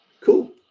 Cool